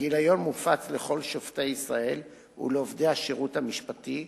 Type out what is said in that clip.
הגיליון מופץ לכל שופטי ישראל ולעובדי השירות המשפטי,